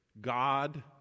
God